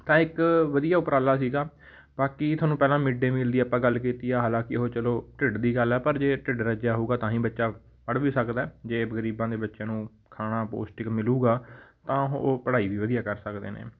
ਤਾਂ ਇੱਕ ਵਧੀਆ ਉਪਰਾਲਾ ਸੀਗਾ ਬਾਕੀ ਤੁਹਾਨੂੰ ਪਹਿਲਾਂ ਮਿਡ ਡੇ ਮੀਲ ਦੀ ਆਪਾਂ ਗੱਲ ਕੀਤੀ ਆ ਹਾਲਾਂਕਿ ਉਹ ਚਲੋ ਢਿੱਡ ਦੀ ਗੱਲ ਆ ਪਰ ਜੇ ਢਿੱਡ ਰੱਜਿਆ ਹੋਉਗਾ ਤਾਂ ਹੀ ਬੱਚਾ ਪੜ੍ਹ ਵੀ ਸਕਦਾ ਹੈ ਜੇ ਗਰੀਬਾਂ ਦੇ ਬੱਚਿਆਂ ਨੂੰ ਖਾਣਾ ਪੌਸ਼ਟਿਕ ਮਿਲੂਗਾ ਤਾਂ ਉਹ ਉਹ ਪੜ੍ਹਾਈ ਵੀ ਵਧੀਆ ਕਰ ਸਕਦੇ ਨੇ